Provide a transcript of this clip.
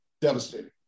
Devastating